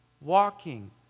walking